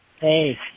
Hey